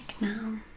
now